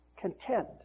content